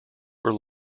were